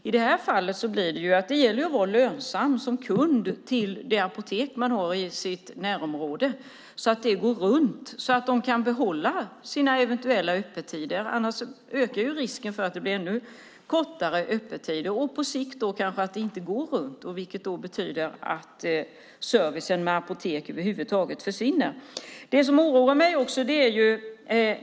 I detta fall gäller det att vara lönsam som kund för det apotek som man har i sitt närområde så att det går runt och kan behålla sina öppettider, annars ökar risken för att det blir ännu kortare öppettider. På sikt kanske det inte går runt, vilket betyder att servicen i fråga om apotek försvinner. Ytterligare en sak oroar mig.